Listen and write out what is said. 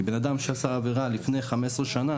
כי בן אדם שעשה עבירה לפני 15 שנה,